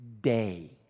day